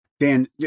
Dan